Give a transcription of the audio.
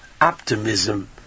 optimism